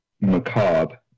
Macabre